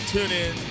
TuneIn